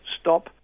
Stop